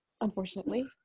unfortunately